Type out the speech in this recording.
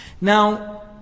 Now